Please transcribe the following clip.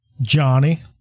Johnny